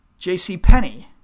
JCPenney